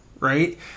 right